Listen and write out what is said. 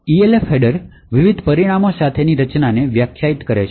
Elf header વિવિધ પરિમાણો સાથેની રચનાને વ્યાખ્યાયિત કરે છે